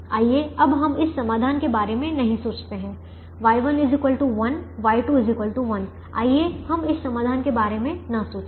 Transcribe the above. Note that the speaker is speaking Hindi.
आइए अब हम इस समाधान के बारे में नहीं सोचते हैं Y1 1 Y2 1 आइए हम इस समाधान के बारे में न सोचें